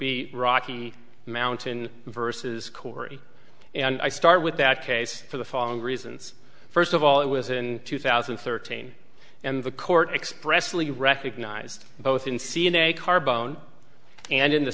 be rocky mountain versus cory and i start with that case for the following reasons first of all it was in two thousand and thirteen and the court expressly recognized both in c n a carbone and in the